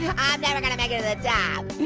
i'm never gonna make it to the top.